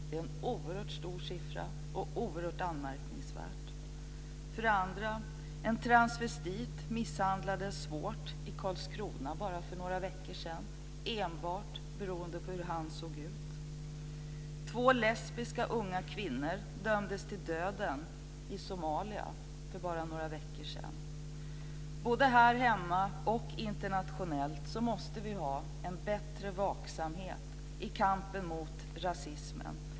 Det är en oerhört hög siffra, och det är oerhört anmärkningsvärt. För det andra misshandlades en transvestit svårt i Karlskrona för bara några veckor sedan enbart beroende på hur han såg ut. För det tredje dömdes två lesbiska unga kvinnor till döden i Somalia för bara några veckor sedan. Både här hemma och internationellt måste vi ha en bättre vaksamhet i kampen mot rasismen.